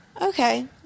Okay